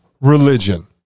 religion